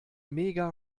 mega